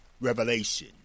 revelation